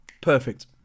perfect